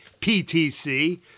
PTC